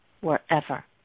wherever